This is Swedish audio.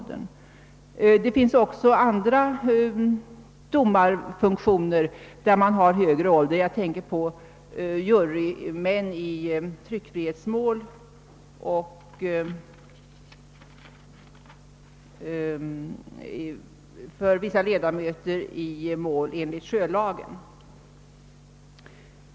För det andra finns det domarfunktioner i övrigt för vilka högre ålder föreskrivs — jag tänker på jurymän i tryckfrihetsmål och vissa ledamöter i mål enligt sjölagen.